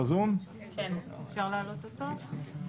(הוראת שעה) (הארכת תוקף),